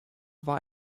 war